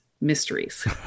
mysteries